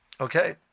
Okay